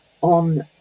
on